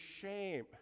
shame